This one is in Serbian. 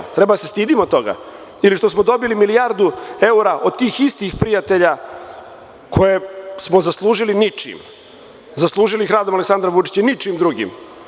Da li treba da se stidimo toga ili što smo dobili milijardu evra od tih istih prijatelja koje smo zaslužili ničim, zaslužili radom Aleksandra Vučića i ničim drugim?